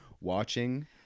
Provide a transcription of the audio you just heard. watching